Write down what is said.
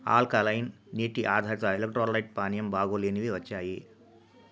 alkaline నీటి ఆధారిత electrolyte పానీయం బాగలేనివి వచ్చాయి